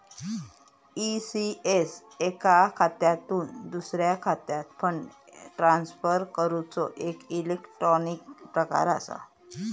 ECS एका खात्यातुन दुसऱ्या खात्यात फंड ट्रांसफर करूचो एक इलेक्ट्रॉनिक प्रकार असा